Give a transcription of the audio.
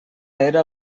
era